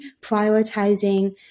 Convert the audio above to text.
prioritizing